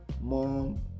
mom